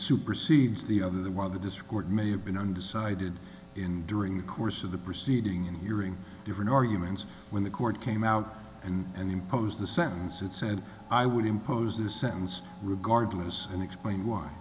supersedes the other the while the discord may have been undecided in during the course of the proceeding during different arguments when the court came out and imposed the sentence it said i would impose a sentence regardless and explain why